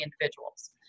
individuals